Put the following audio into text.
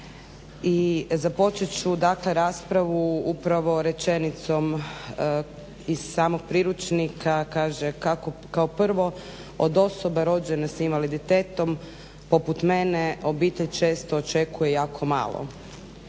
započet ću dakle raspravu upravo rečenicom iz samog priručnika kaže. "Kao prvo od osoba rođene s invaliditetom poput mene obitelj često očekuje jako malo".